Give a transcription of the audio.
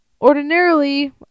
Ordinarily